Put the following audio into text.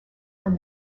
from